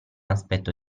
aspetto